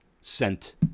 sent